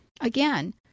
Again